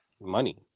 money